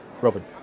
Robin